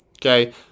Okay